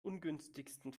ungünstigsten